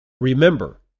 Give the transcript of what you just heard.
Remember